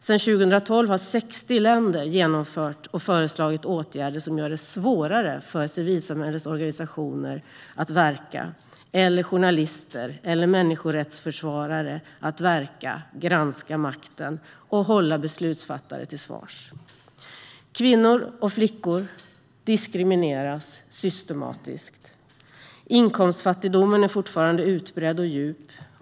Sedan 2012 har 60 länder vidtagit åtgärder som gör det svårare för civilsamhällesorganisationer, journalister eller människorättsförsvarare att verka, granska makten och ställa beslutsfattare till svars. Kvinnor och flickor diskrimineras systematiskt. Inkomstfattigdomen är fortfarande utbredd och djup.